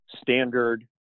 standard